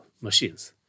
machines